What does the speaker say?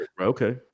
okay